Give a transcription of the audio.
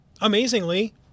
amazingly